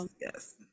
yes